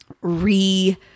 re